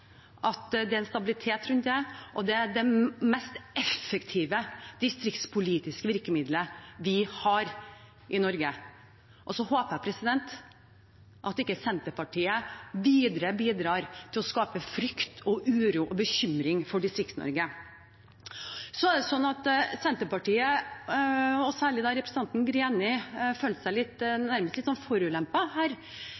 at det er stabilitet rundt det. Det er det mest effektive distriktspolitiske virkemiddelet vi har i Norge. Jeg håper at Senterpartiet ikke videre bidrar til å skape frykt, uro og bekymring for Distrikts-Norge. Senterpartiet, særlig representanten Heidi Greni, følte seg nærmest litt